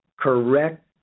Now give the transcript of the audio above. correct